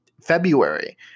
February